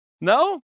no